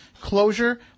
closure